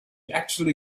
actually